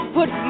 Put